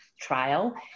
trial